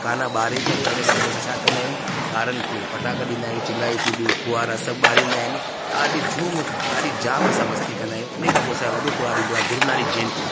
काना ॿारे करे उन खां पोइ असां छा कंदा आहियूं ॿारनि खे फटाका ॾींदा आहियूं चिंगारी तीलियूं फुहारा सभु ॿारींदा आहिनि ॾाढी झूम ॾाढी धाम असां मस्ती कंदा आहियूं उन खां पोइ असांजो वॾो त्योहारु ईंदो आहे गुरूनानक जयंती